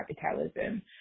capitalism